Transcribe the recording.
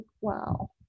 wow